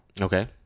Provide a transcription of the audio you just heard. Okay